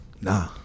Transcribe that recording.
Nah